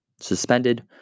suspended